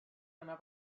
anar